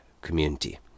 community